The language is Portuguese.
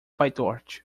pytorch